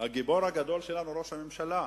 הגיבור הגדול שלנו, ראש הממשלה,